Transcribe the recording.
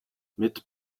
mit